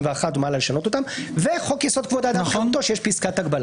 ומעלה כדי לשנות אותם וחוק-יסוד: כבוד האדם וחירותו שיש פסקת הגבלה.